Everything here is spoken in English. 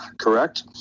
Correct